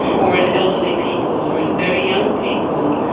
or in elderly people or in very young people,